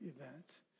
events